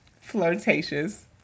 flirtatious